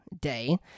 day